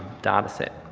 data set.